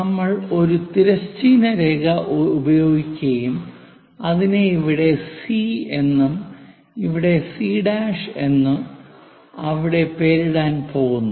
നമ്മൾ ഒരു തിരശ്ചീന രേഖ ഉപയോഗിക്കുകയും അതിനെ ഇവിടെ C എന്നു ഇവിടെയും C എന്ന് അവിടെയും പേരിടാൻ പോകുന്നു